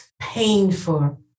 painful